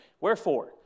Wherefore